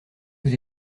vous